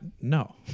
No